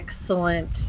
Excellent